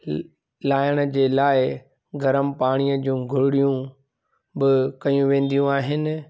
ल लाहिण जे लाइ गरम पाणीअ जी गुरड़ियूं बि कयूं वेंदियूं आहिनि